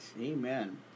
Amen